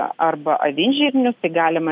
arba avinžirnius tai galima